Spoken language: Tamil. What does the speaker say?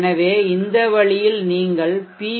எனவே இந்த வழியில் நீங்கள் பி